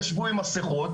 ישבו עם מסכות,